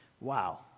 Wow